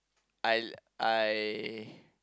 I I